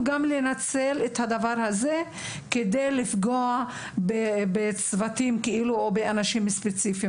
לנצל את הדבר הזה כדי לפגוע בצוותים או באנשים ספציפיים.